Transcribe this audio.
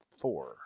four